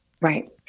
Right